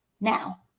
now